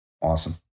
Awesome